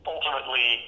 Ultimately